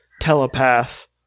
telepath